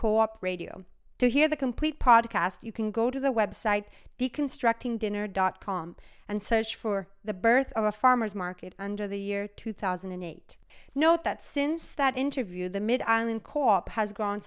up radio to hear the complete podcast you can go to the website deconstructing dinner dot com and says for the birth of a farmer's market under the year two thousand and eight note that since that interview the mid island co op has gone